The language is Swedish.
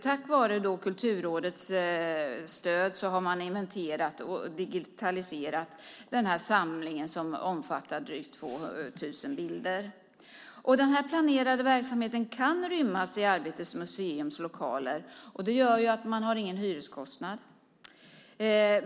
Tack vare Kulturrådets stöd har man inventerat och digitaliserat samlingen, som omfattar drygt 2 000 bilder. Den planerade verksamheten kunde rymmas i Arbetets museums lokaler, vilket skulle göra att verksamheten inte hade någon hyreskostnad.